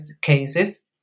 cases